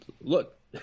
look